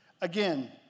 again